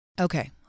Okay